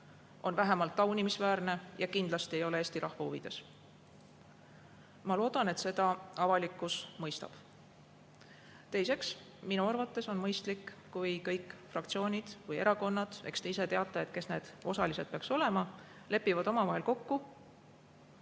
on vähemalt taunimisväärne ja kindlasti ei ole Eesti rahva huvides. Ma loodan, et seda avalikkus mõistab. Teiseks, minu arvates on mõistlik, kui kõik fraktsioonid või erakonnad – eks te ise teate, kes need osalised peaks olema – lepivad omavahel kokku,